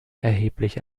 erheblich